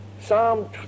Psalm